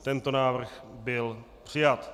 Tento návrh byl přijat.